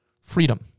freedom